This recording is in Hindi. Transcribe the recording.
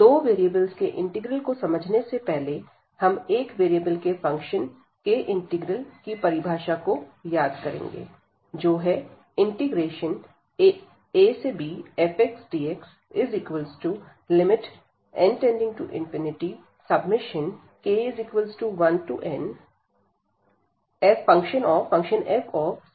दो वेरिएबल के इंटीग्रल को समझने से पहले हम एक वेरिएबल के फंक्शन के इंटीग्रल की परिभाषा को याद करेंगे जो है abfxdxn→∞k1nfckΔxk⁡